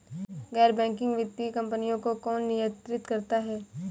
गैर बैंकिंग वित्तीय कंपनियों को कौन नियंत्रित करता है?